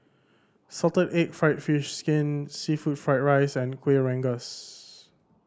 salted egg fried fish skin seafood fried rice and Kuih Rengas